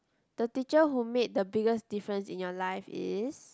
the teacher who made the biggest difference in your life is